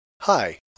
Hi